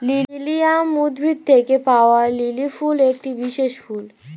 lilium উদ্ভিদ থেকে পাওয়া লিলি ফুল একটি বিশেষ ফুল